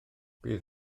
bydd